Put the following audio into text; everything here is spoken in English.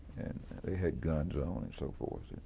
and they had guns on and so forth.